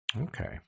Okay